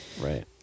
right